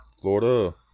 Florida